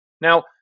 now